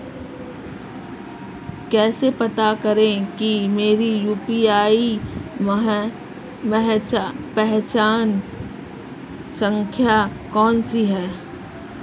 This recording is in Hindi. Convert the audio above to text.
कैसे पता करें कि मेरी यू.पी.आई पहचान संख्या कौनसी है?